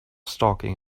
stalking